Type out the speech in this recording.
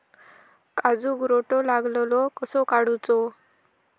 काजूक रोटो लागलेलो कसो काडूचो?